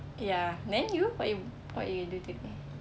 ya then you what you what you do today